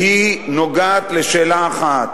והיא נוגעת בשאלה אחת,